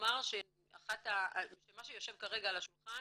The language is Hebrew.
ולומר שמה שיושב כרגע על השולחן